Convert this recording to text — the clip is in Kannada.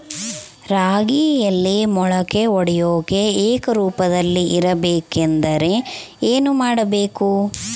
ರಾಗಿಯಲ್ಲಿ ಮೊಳಕೆ ಒಡೆಯುವಿಕೆ ಏಕರೂಪದಲ್ಲಿ ಇರಬೇಕೆಂದರೆ ಏನು ಮಾಡಬೇಕು?